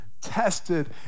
tested